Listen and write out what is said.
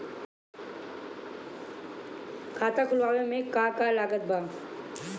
खाता खुलावे मे का का लागत बा?